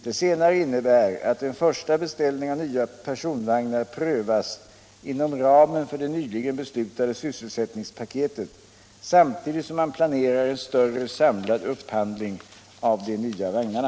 Det senare innebär att en första beställning av nya personvagnar prövas inom ramen för det nyligen beslutade sysselsättningspaketet samtidigt som man planerar en större samlad upphandling av de nya vagnarna.